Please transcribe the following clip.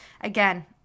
Again